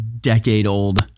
decade-old